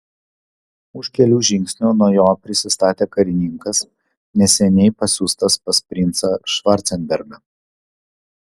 už kelių žingsnių nuo jo prisistatė karininkas neseniai pasiųstas pas princą švarcenbergą